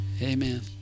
Amen